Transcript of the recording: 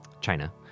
China